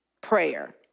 prayer